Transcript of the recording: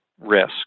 risk